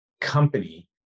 company